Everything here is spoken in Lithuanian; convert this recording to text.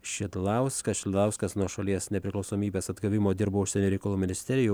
šidlauską šidlauskas nuo šalies nepriklausomybės atgavimo dirbo užsienio reikalų ministeriju